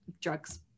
drugs